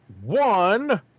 one